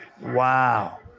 Wow